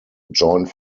joined